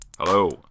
Hello